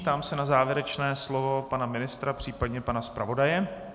Ptám se na závěrečné slovo pana ministra, případně pana zpravodaje.